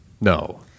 No